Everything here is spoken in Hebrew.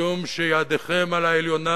משום שידכם על העליונה,